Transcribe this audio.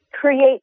create